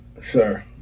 sir